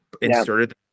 inserted